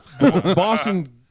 Boston